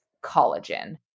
collagen